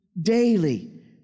daily